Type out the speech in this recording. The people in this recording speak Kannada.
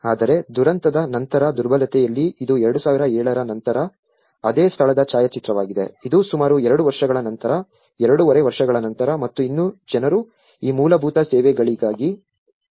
ಆದರೆ ದುರಂತದ ನಂತರದ ದುರ್ಬಲತೆಯಲ್ಲಿ ಇದು 2007 ರ ನಂತರ ಅದೇ ಸ್ಥಳದ ಛಾಯಾಚಿತ್ರವಾಗಿದೆ ಇದು ಸುಮಾರು ಎರಡು ವರ್ಷಗಳ ನಂತರ ಎರಡೂವರೆ ವರ್ಷಗಳ ನಂತರ ಮತ್ತು ಇನ್ನೂ ಜನರು ಈ ಮೂಲಭೂತ ಸೇವೆಗಳಿಗಾಗಿ ಹೆಣಗಾಡುತ್ತಿದ್ದಾರೆ